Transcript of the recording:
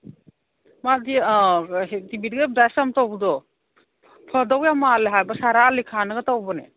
ꯃꯥꯗꯤ ꯑꯥ ꯇꯤ ꯕꯤꯗꯒ ꯑꯦꯕꯔꯗꯥꯏꯁ ꯌꯥꯝ ꯇꯧꯕꯗꯣ ꯐꯗꯧ ꯌꯥꯝ ꯃꯥꯜꯂꯦ ꯍꯥꯏꯕ ꯁꯔꯥ ꯑꯂꯤ ꯈꯥꯟꯅꯒ ꯇꯧꯕꯅꯦ